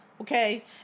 okay